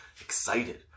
excited